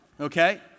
okay